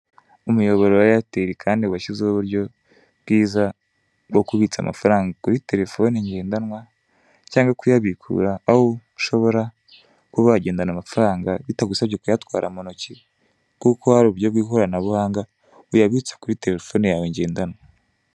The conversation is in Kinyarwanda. Umuyoboro wa eyateli kandi washyizeho uburyo bwiza bwo kubitsa amafaranga kuri telefoni ngendanwa, cyangwa kuyabikura, aho ushobora kuba wagendana amafaranga bitagusabye kuyatwara mu ntoki, kuko hari uburyo bw'ikiranabuhanga, uyabitsa kurya telefoni yawe ngendanwa.